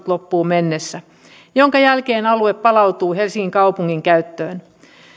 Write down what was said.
loppuun mennessä minkä jälkeen alue palautuu helsingin kaupungin käyttöön